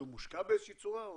שמושקע באיזה שהיא צורה?